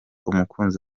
umukunzi